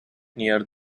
near